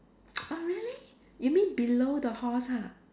oh really you mean below the horse ha